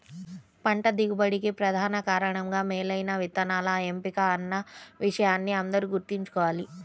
పంట దిగుబడికి ప్రధాన కారణంగా మేలైన విత్తనాల ఎంపిక అన్న విషయాన్ని అందరూ గుర్తుంచుకోవాలి